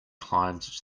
climbed